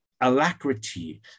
alacrity